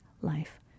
life